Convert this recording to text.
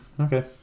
Okay